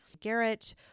Garrett